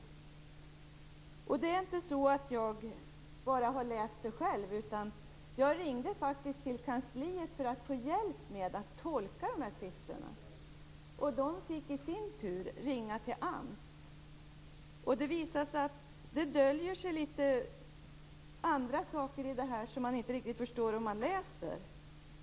Det är inte så att jag bara har läst detta själv. Jag ringde faktiskt till kansliet för att få hjälp med att tolka dessa siffror. De fick i sin tur ringa till AMS. Det visade sig att det döljer sig litet andra saker i detta som man inte riktigt förstår när man läser det.